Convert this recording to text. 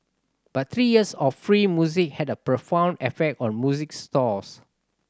but three years of free music had a profound effect on music stores